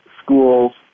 schools